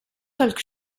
talk